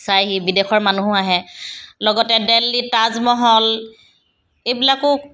চায়হি বিদেশৰ মানুহো আহে লগতে দিল্লী তাজমহল এইবিলাকো